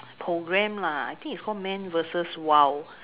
program lah I think it's called man versus wild